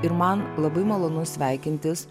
ir man labai malonu sveikintis